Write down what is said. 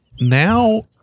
now